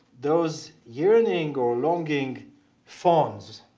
those yearning or longing fawns